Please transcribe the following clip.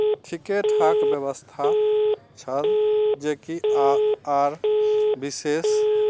ठीके ठाक व्यवस्था छल जेकि आओर आर विशेष